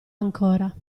ancora